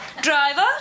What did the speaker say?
Driver